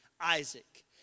Isaac